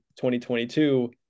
2022